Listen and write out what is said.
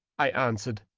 i an swered,